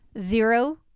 Zero